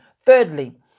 Thirdly